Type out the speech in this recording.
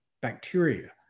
bacteria